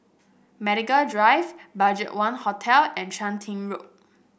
Medical Drive BudgetOne Hotel and Chun Tin Road